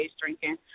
drinking